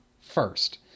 first